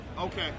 okay